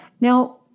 Now